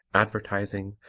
advertising,